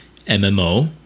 MMO